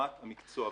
להרמת המקצוע.